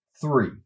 three